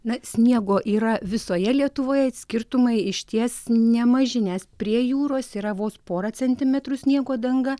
na sniego yra visoje lietuvoje skirtumai išties nemaži nes prie jūros yra vos pora centimetrų sniego danga